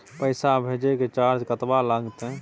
पैसा भेजय के चार्ज कतबा लागते?